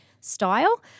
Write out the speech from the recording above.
style